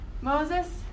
Moses